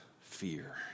fear